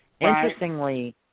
Interestingly